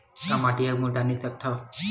का मै ह मुल्तानी माटी म खेती कर सकथव?